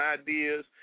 ideas